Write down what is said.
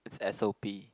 it's s_o_p